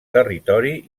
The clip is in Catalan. territori